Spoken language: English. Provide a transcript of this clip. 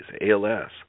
ALS